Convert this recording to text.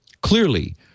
Clearly